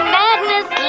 madness